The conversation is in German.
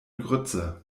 grütze